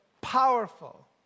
powerful